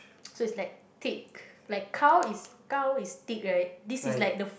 so is like thick like gao is gao is thick right this is like the